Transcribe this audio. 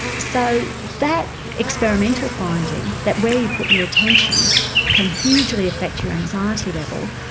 so that experimental finding, that where you put your attention can hugely affect your anxiety level,